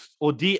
OD